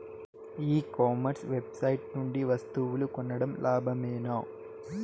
ఈ commerce website నుండి వస్తువులు కొనడం లాభమేనా?